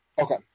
Okay